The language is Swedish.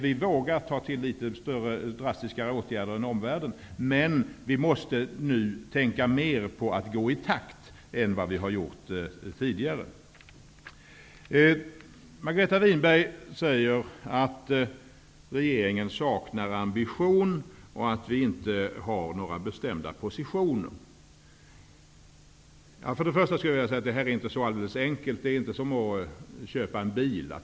Vi vågar ta till litet mer drastiska åtgärder än omvärlden. Men vi måste nu tänka mer på att gå i takt än vi har gjort tidigare. Margareta Winberg säger att regeringen saknar ambition och att vi inte har några bestämda positioner. För det första skulle jag vilja säga att detta inte är så alldeles enkelt. Det är inte som att köpa en bil.